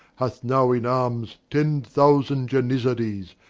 hath now in arms ten thousand janizaries,